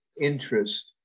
interest